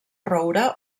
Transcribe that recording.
roure